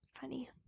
Funny